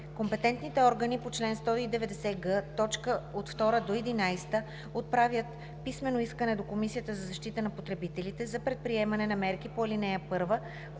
Компетентните органи по чл. 190г, т. 2 – 11 отправят писмено искане до Комисията за защита на потребителите за предприемане на мерки по ал. 1, когато